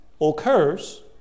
occurs